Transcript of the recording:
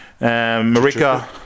Marika